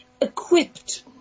equipped